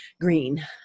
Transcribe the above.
green